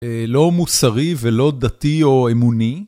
לא מוסרי ולא דתי או אמוני.